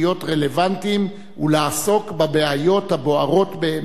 רלוונטיים ולעסוק בבעיות הבוערות באמת.